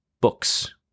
books